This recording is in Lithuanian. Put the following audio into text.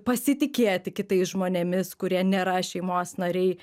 pasitikėti kitais žmonėmis kurie nėra šeimos nariai